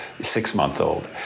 six-month-old